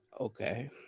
Okay